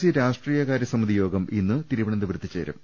C രാഷ്ട്രീയകാരൃ സമിതി യോഗം ഇന്ന് തിരു വനന്തപുരത്ത് ചേരും